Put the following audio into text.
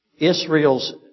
Israel's